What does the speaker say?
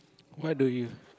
what do you